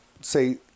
say